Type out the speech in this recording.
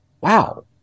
wow